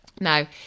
Now